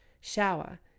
shower